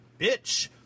Bitch